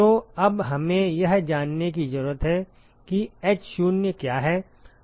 तो अब हमें यह जानने की जरूरत है किh0 क्या है